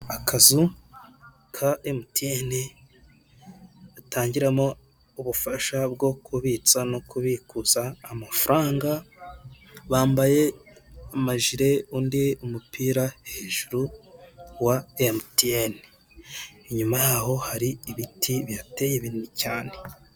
Ahantu hari habereye amatora abaturage bamwe bari kujya gutora abandi bari kuvayo ku marembo y'aho hantu hari habereye amatora hari hari banderore yanditseho repubulika y'u Rwanda komisiyo y'igihugu y'amatora, amatora y'abadepite ibihumbi bibiri na cumi n'umunani twitabire amatora duhitemo neza.